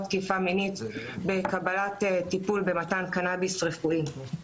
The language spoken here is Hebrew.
תקיפה מינית בקבלת טיפול במתן קנביס רפואי.